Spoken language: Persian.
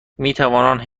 میتوانند